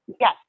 Yes